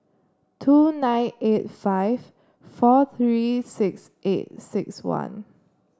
two nine eight five four three six eight six one